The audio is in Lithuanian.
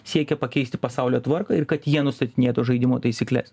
siekia pakeisti pasaulio tvarką ir kad jie nustatinėtų žaidimo taisykles